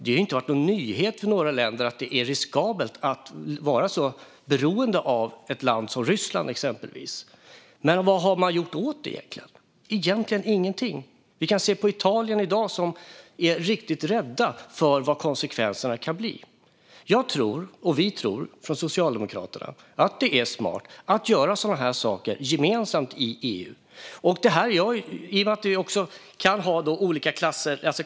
Det har inte varit någon nyhet för några länder att det är riskabelt att vara så beroende av ett land som exempelvis Ryssland. Men vad har man gjort åt det? Egentligen har man inte gjort någonting. Vi kan se på Italien i dag där man är riktigt rädd för vad konsekvenserna kan bli. Vi från Socialdemokraterna tror att det är smart att göra sådana här saker gemensamt i EU.